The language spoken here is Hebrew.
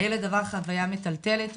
הילד עבר חוויה מטלטלת,